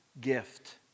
gift